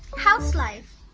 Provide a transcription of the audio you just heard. how's life,